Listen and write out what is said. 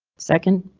second.